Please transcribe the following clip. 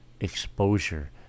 exposure